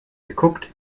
geguckt